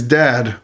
dad